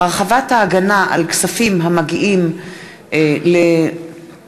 הרחבת ההגנה על כספים המגיעים לאומן),